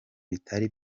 bitari